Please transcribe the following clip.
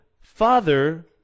father